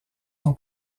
son